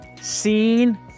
scene